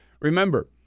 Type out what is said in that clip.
Remember